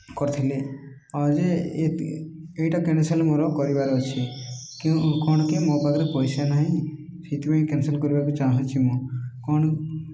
କରିଥିଲି ଆଉ ଯେ ଏଇଟା କ୍ୟାନସଲ ମୋର କରିବାର ଅଛି କଣ କି ମୋ ପାଖରେ ପଇସା ନାହିଁ ସେଇଥିପାଇଁ କ୍ୟାନସଲ କରିବାକୁ ଚାହୁଁଛି ମୁଁ କଣ